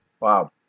Wow